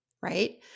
Right